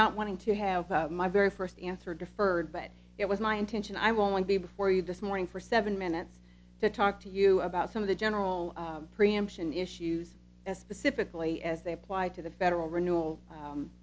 not wanting to have my very first answer deferred but it was my intention i won't be before you this morning for seven minutes to talk to you about some of the general preemption issues specifically as they apply to the federal renewal